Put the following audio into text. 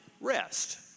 rest